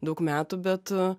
daug metų bet